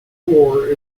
war